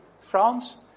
France